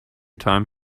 time